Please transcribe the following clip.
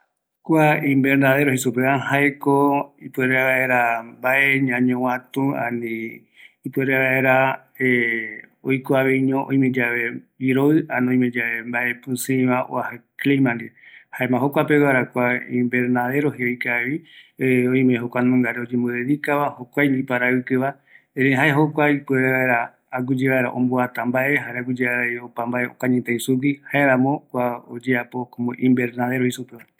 Kua ñañovatu vaera opaete, aguiyeara öikomegua yandegtui iroɨ pe, kurai ikaviaveiño oiko jare guinoi jokua aguiyeara oikomegua